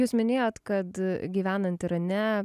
jūs minėjote kad gyvenant irane